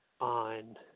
on